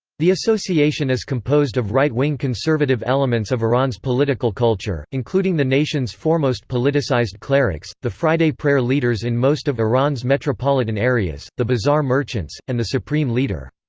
the association is composed of right wing conservative elements of iran's political culture, including the nation's foremost politicized clerics, the friday prayer leaders in most of iran's metropolitan areas, the bazaar merchants, and the supreme leader.